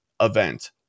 event